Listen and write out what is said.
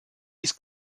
his